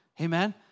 amen